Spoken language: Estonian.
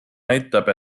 näitab